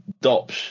Dops